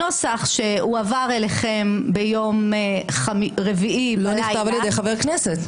הנוסח שהועבר אליכם ביום רביעי --- הוא לא נכתב על ידי חבר כנסת.